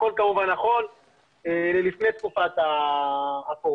הכול כמובן נכון ללפני תקופת הקורונה.